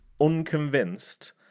unconvinced